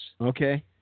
Okay